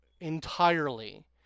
entirely